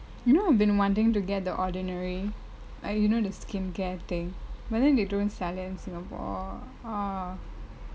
you know I've been wanting to get The Ordinary err you know the skincare thing but then they don't sell it in singapore ah